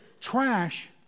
trash